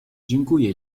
dziękuję